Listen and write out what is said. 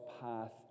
path